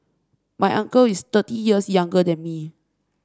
my uncle is thirty years younger than me